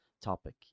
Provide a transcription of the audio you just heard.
topic